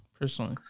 personally